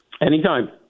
Anytime